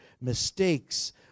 mistakes